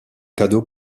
cadeau